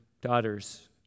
daughters